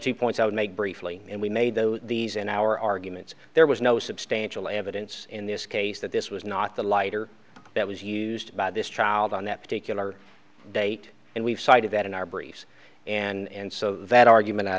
two points i would make briefly and we made those these in our arguments there was no substantial evidence in this case that this was not the lighter that was used by this child on that particular date and we've cited that in our briefs and so that argument i